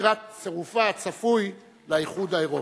לקראת צירופה הצפוי לאיחוד האירופי.